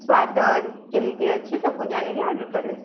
ସ୍ୱାଦ କେମିତି ଅଛି ସବୁ ଜାଣିକି ଅର୍ଡ଼ର କରିବ